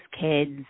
kids